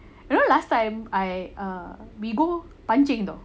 you know last time I err we go pancing [tau]